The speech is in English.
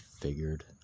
figured